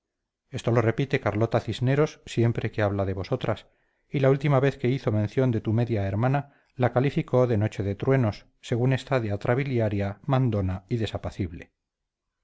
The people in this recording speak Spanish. esto lo repite carlota cisneros siempre que habla de vosotras y la última vez que hizo mención de tu media hermana la calificó de noche de truenos según está de atrabiliaria mandona y